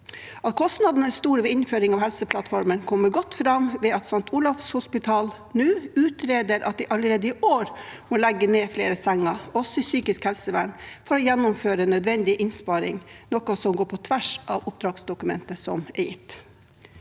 At kostnadene er store ved innføring av Helseplattformen, kommer godt fram ved at St. Olavs hospital nå utreder at de allerede i år må legge ned flere senger, også i psykisk helsevern, for å gjennomføre nødvendige innsparinger, noe som går på tvers av oppdragsdokumentet som er gitt.